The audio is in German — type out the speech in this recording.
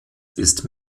ist